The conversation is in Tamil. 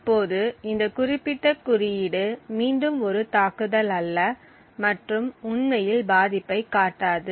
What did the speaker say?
இப்போது இந்த குறிப்பிட்ட குறியீடு மீண்டும் ஒரு தாக்குதல் அல்ல மற்றும் உண்மையில் பாதிப்பைக் காட்டாது